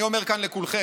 אני אומר כאן לכולכם: